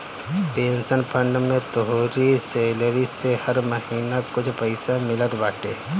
pension fund में तोहरी salary से हर महिना कुछ पईसा मिलत बाटे